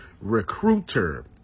recruiter